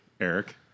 Eric